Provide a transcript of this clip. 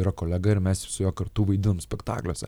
yra kolega ir mes su juo kartu vaidinome spektakliuose